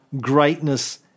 greatness